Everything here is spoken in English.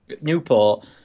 Newport